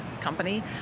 company